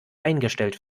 eingestellt